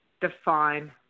define